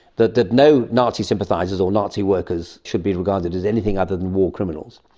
that that no nazi sympathisers or nazi workers should be regarded as anything other than war criminals.